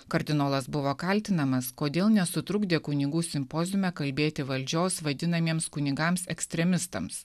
kardinolas buvo kaltinamas kodėl nesutrukdė kunigų simpoziume kalbėti valdžios vadinamiems kunigams ekstremistams